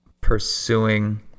pursuing